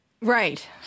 Right